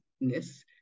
ness